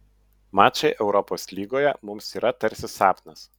mačai europos lygoje mums yra tarsi sapnas